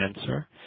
answer